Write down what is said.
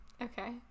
okay